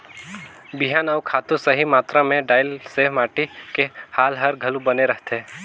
बिहान अउ खातू सही मातरा मे डलाए से माटी के हाल हर घलो बने रहथे